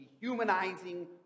dehumanizing